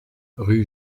rue